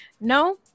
No